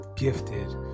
Gifted